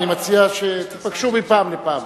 אני מציע שתיפגשו מפעם לפעם.